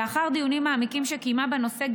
לאחר דיונים מעמיקים שקיימה בנושא,